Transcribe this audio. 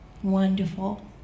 wonderful